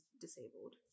disabled